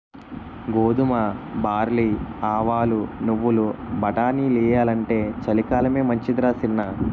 గోధుమ, బార్లీ, ఆవాలు, నువ్వులు, బటానీలెయ్యాలంటే చలికాలమే మంచిదరా సిన్నా